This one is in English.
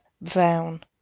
Brown